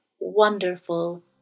wonderful